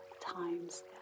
times